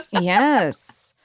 Yes